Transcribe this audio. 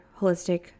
holistic